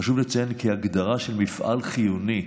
חשוב לציין כי הגדרה של מפעל חיוני,